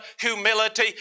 humility